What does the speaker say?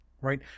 Right